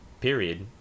period